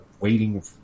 waiting